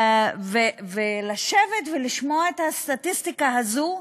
לשבת ולשמוע את הסטטיסטיקה הזאת,